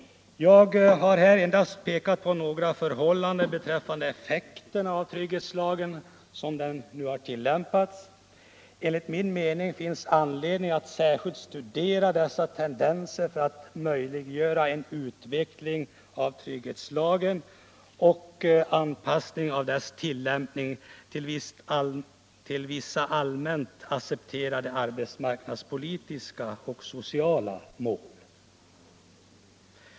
Jag har här endast pekat på några förhållanden beträffande effekterna av trygghetslagen, såsom den tillämpas. Enligt min mening finns anledning att särskilt studera dessa tendenser för att möjliggöra en utveckling av trygghetslagen och anpassning av dess tillämpning till vissa allmänt accepterade arbetsmarknadspolitiska och sociala mål.